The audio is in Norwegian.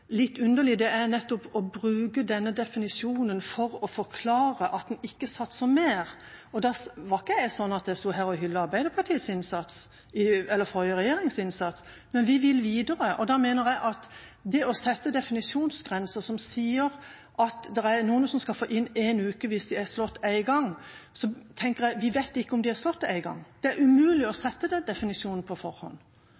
litt underlig, er nettopp å bruke denne definisjonen for å forklare at en ikke satser mer. Jeg sto ikke her og hyllet Arbeiderpartiets innsats, eller den forrige regjeringas innsats, men vi vil videre. Da mener jeg at det å sette definisjonsgrenser som sier at det er noen som skal få én ukes frist hvis de er slått én gang – vi vet nemlig ikke om de er slått én gang – det er umulig å definere på forhånd.